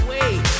Wait